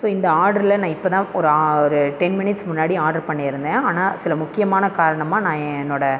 so இந்த ஆர்ட்ரில் நான் இப்போ தான் ஒரு ஒரு டென் மினிட்ஸ் முன்னாடி ஆர்ட்ரு பண்ணிருந்தேன் ஆனால் சில முக்கியமான காரணமாக நான் என்னோடய